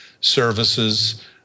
services